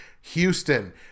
houston